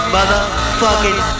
Motherfucking